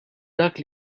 dak